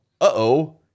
uh-oh